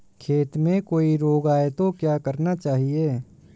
खेत में कोई रोग आये तो क्या करना चाहिए?